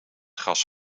gras